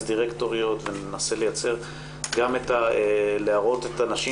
דירקטוריות וננסה גם להראות את הנשים